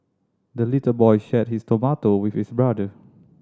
the little boy shared his tomato with his brother